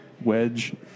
wedge